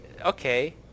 okay